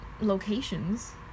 locations